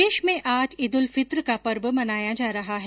प्रदेश में आज ईद उल फितर का पर्व मनाया जा रहा है